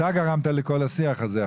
אתה גרמת לכל השיח הזה.